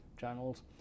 channels